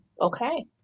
okay